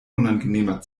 unangenehmer